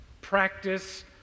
Practice